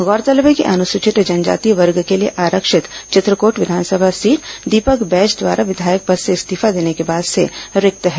गौरतलब है कि अनुसूचित जनजाति वर्ग के लिए आरक्षित चित्रकोट विधानसभा सीट दीपक बैज द्वारा विधायक पद से इस्तीफा देने के बाद से रिक्त है